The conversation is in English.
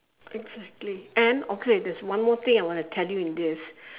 exactly and okay there's one more thing I want to tell you in this